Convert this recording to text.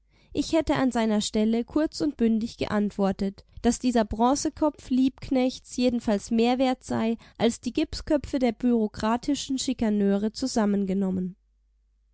ich hätte an seiner stelle kurz und bündig geantwortet daß dieser bronzekopf liebknechts jedenfalls mehr wert sei als die gipsköpfe der bureaukratischen schikaneure zusammengenommen